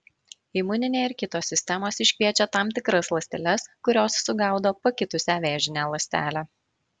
imuninė ir kitos sistemos iškviečia tam tikras ląsteles kurios sugaudo pakitusią vėžinę ląstelę